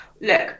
look